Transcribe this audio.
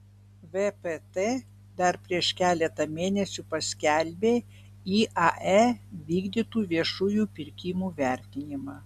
vpt dar prieš keletą mėnesių paskelbė iae vykdytų viešųjų pirkimų vertinimą